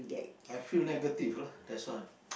I feel negative lah that's why